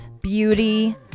beauty